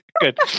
good